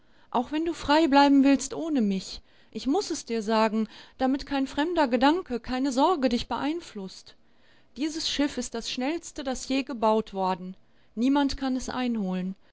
auch wenn du frei bleiben willst ohne mich ich muß es dir sagen damit kein fremder gedanke keine sorge dich beeinflußt dieses schiff ist das schnellste das je gebaut worden niemand kann es einholen